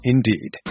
Indeed